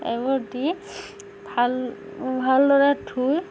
এইবোৰ দি ভাল ভালদৰে ধুই